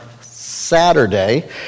Saturday